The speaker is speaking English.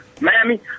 Mammy